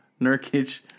Nurkic